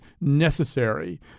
necessary